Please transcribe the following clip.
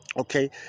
Okay